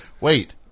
wait